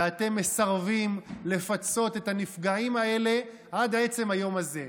ואתם מסרבים לפצות את הנפגעים האלה עד עצם היום הזה.